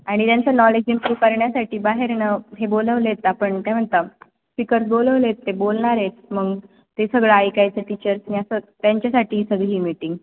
आणि त्यांचं knowledge improve करण्यासाठी बाहेरनं हे बोलवले आहेत आपण काय म्हणतो स्पीकर्स बोलवले आहेत ते बोलणार आहेत मग ते सगळं ऐकायचं टीचर्सनी असं त्यांच्यासाठी सगळी आहे मीटिंग